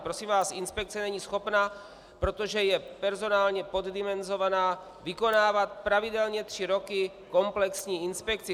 Prosím vás, inspekce není schopna, protože je personálně poddimenzovaná, vykonávat pravidelně tři roky komplexní inspekci.